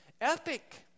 epic